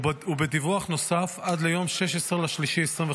ובדיווח נוסף עד ליום 16 במרץ 2025,